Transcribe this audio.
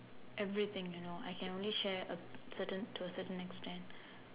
everything you know I can only share a certain to a certain extent